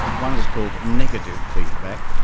one is called negative feedback,